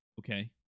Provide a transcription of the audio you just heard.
okay